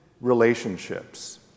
relationships